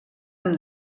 amb